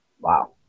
Wow